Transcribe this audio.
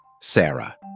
Sarah